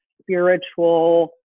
spiritual